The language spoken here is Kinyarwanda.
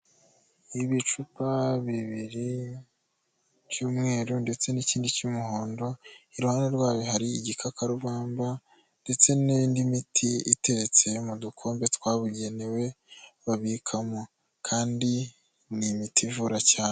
Ibicupa bibiri by'umweru ndetse n'ikindi cy'umuhondo, iruhande rwayo hari igikakarubamba ndetse n'indi miti iteretse mu dukombe twabugenewe babikamo, kandi ni imiti ivura cyane.